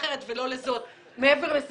הרווחה והבריאות לדיון בוועדת